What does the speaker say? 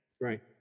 Right